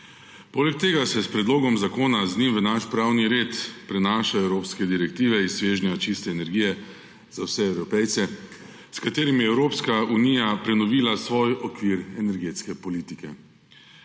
Poleg tega se s predlogom zakona z njim v naš pravni red prenašajo evropske direktive iz svežnja Čista energije za vse Evropejce, s katerimi je Evropska unija prenovila svoj okvir energetske politike.